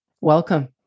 Welcome